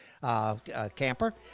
camper